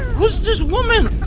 who's this woman?